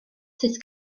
sut